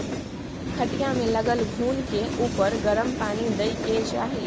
खटिया मे लागल घून के उपर गरम पानि दय के चाही